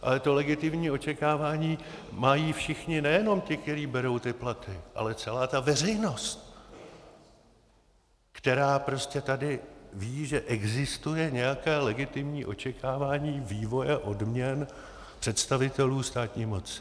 Ale to legitimní očekávání mají všichni, nejenom ti, kteří berou ty platy, ale celá ta veřejnost, která prostě tady ví, že existuje nějaké legitimní očekávání vývoje odměn představitelů státní moci.